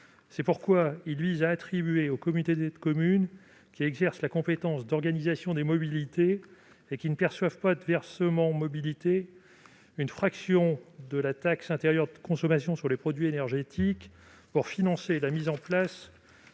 C'est pourquoi il convient d'attribuer aux communautés de communes qui, exerçant la compétence d'organisation de la mobilité, ne perçoivent pas de versement mobilité, une fraction de la taxe intérieure de consommation sur les produits énergétiques pour financer la mise en place